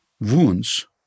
wounds